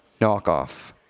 knockoff